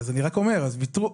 אני רק אומר ----- ויתרת?